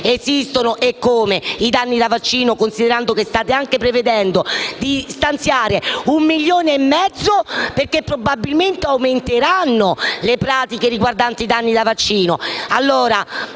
esistono eccome, considerando che state anche prevedendo di stanziare quasi 1,5 milioni di euro perché probabilmente aumenteranno le pratiche riguardanti i danni da vaccino.